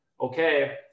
okay